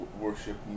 worship